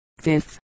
Fifth